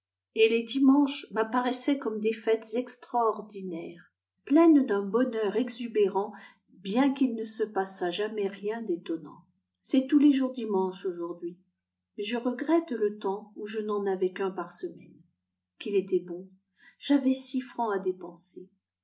et les dimanches m'apparaissaient comme des fêtes extraordinaires pleines d'un bonheur exubérant bien qu'il ne se passât jamais rien d'étonnant c'est tous les jours dimanche aujourd'hui mais je regrette le temps où je n'en avais qu'un par semaine qu'il était bon j'avais six francs à dépenser